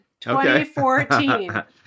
2014